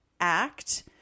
act